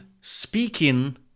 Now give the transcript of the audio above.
speaking